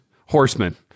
horsemen